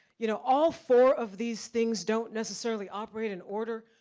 you know all four of these things don't necessarily operate in order.